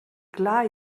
clar